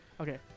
Okay